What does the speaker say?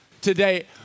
today